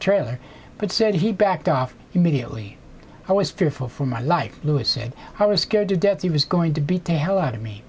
trailer but said he backed off immediately i was fearful for my life lewis said i was scared to death he was going to be to hell out of me